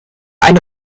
eine